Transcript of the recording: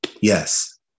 yes